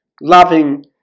loving